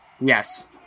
yes